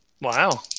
Wow